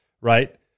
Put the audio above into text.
right